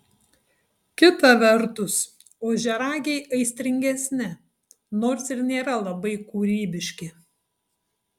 kita vertus ožiaragiai aistringesni nors ir nėra labai kūrybiški